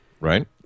right